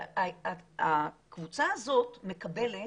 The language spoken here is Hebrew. הקבוצה הזאת מקבלת